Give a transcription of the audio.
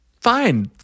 Fine